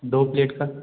दो प्लेट का